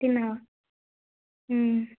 తిన్నావా